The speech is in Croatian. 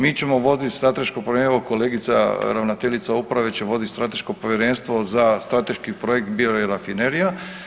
Mi ćemo voditi strateško …/nerazumljivo/… evo kolegica ravnateljica uprave će voditi strateško povjerenstvo za strateški projekt bio i rafinerija.